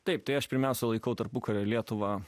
taip tai aš pirmiausia laikau tarpukario lietuvą